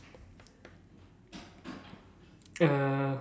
uh